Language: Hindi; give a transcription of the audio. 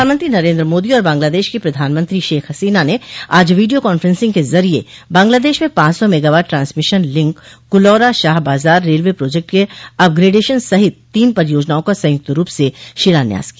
प्रधानमंत्री नरेन्द्र मोदी और बांग्लादेश की प्रधानमंत्री शेख हसीना ने आज वीडियो कांफ्रेंसिंग के जरिये बांग्लादेश में पांच सौ megawatt transmission link Kulaura Shah Bazar railway project के अपग्रेडेशन सहित तीन परियोजनाओं का संयुक्त रूप से शिलान्यास किया